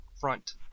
front